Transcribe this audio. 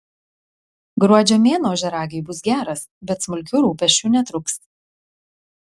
gruodžio mėnuo ožiaragiui bus geras bet smulkių rūpesčių netrūks